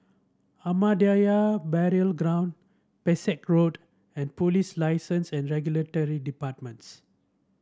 Ahmadiyya Burial Ground Pesek Road and Police License and Regulatory Departments